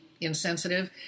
insensitive